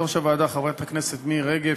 ליושבת-ראש הוועדה חברת הכנסת מירי רגב,